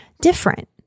different